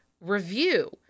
review